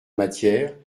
matière